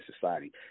society